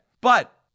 But-